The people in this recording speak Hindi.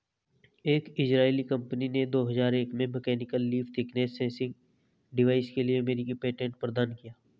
एक इजरायली कंपनी ने दो हजार एक में mechanical leaf thickness sensing device के लिए अमेरिकी पेटेंट प्रदान किया